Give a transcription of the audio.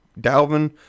Dalvin